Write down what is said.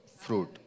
fruit